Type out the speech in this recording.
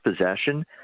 possession